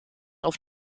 auf